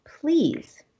please